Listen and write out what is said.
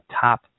top